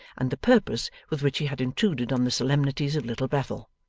and the purpose with which he had intruded on the solemnities of little bethel.